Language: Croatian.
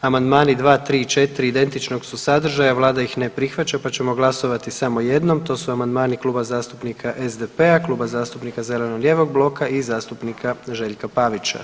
Amandman 2, 3 i 4 identičnog su sadržaja, Vlada ih ne prihvaća pa ćemo glasovati samo jednom, to su amandmani Kluba zastupnika SDP-a, Kluba zastupnika zeleno-lijevog bloka i zastupnika Željka Pavića.